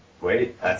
Wait